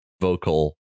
vocal